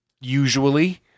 Usually